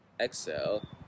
Exhale